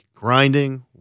Grinding